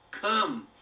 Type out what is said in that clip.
come